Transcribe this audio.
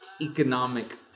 economic